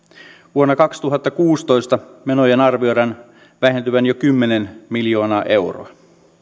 vuonna kaksituhattakuusitoista menojen arvioidaan vähentyvän jo kymmenen miljoonaa euroa